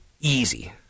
easy